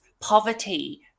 poverty